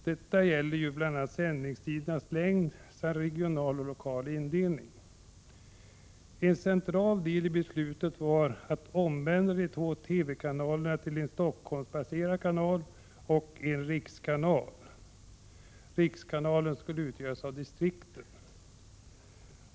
Detta gäller bl.a. sändningstidernas längd samt regional och lokal indelning. En central del i beslutet var att omändra de två TV-kanalerna till en Stockholmskanal och en rikskanal. Rikskanalen skulle utgöras av distrikten.